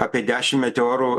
apie dešim meteorų